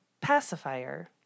Pacifier